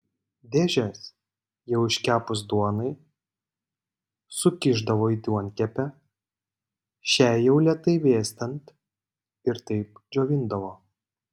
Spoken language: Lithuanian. dėžes jau iškepus duonai sukišdavo į duonkepę šiai jau lėtai vėstant ir taip džiovindavo